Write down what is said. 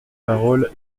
parole